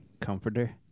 Comforter